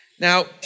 Now